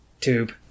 tube